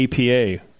APA